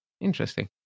Interesting